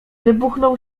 wybuchnął